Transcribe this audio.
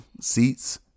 seats